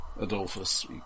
Adolphus